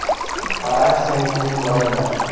पराग से ही फूल बढ़ेला